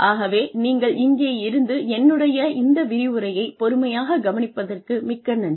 ஆகவே நீங்கள் இங்கே இருந்து என்னுடைய இந்த விரிவுரையை பொறுமையாகக் கவனிப்பதற்கு மிக்க நன்றி